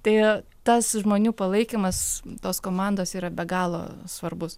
tai tas žmonių palaikymas tos komandos yra be galo svarbus